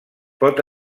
pot